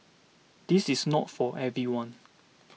this is not for everyone